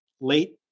late